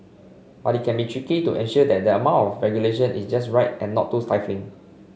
but it can be tricky to ensure that the amount of regulation is just right and not too stifling